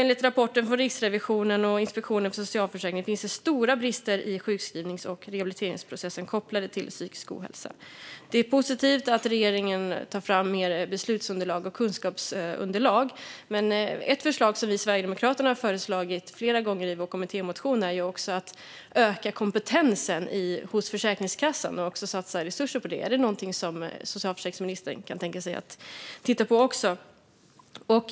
Enligt rapporten från Riksrevisionen och Inspektionen för socialförsäkringen finns det stora brister i sjukskrivnings och rehabiliteringsprocessen kopplat till psykisk ohälsa. Det är positivt att regeringen tar fram mer beslutsunderlag och kunskapsunderlag, men ett förslag som Sverigedemokraterna lagt fram flera gånger i kommittémotioner är att öka kompetensen hos Försäkringskassan och satsa resurser på det. Är detta något som socialförsäkringsministern kan tänka sig att titta på?